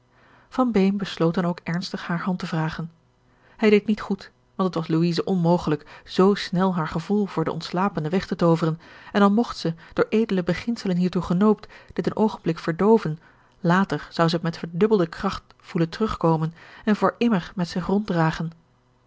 dan ook ernstig hare hand vragen hij deed niet goed want het was louise onmogelijk zoo snel haar gevoel voor den ontslapene weg te tooveren en al mogt zij door edele beginselen hiertoe genoopt dit een oogenblik verdooven later zou zij het met verdubbelde kracht voelen terugkomen en voor immer met zich ronddragen